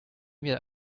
wir